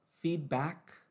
feedback